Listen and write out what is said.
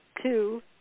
Two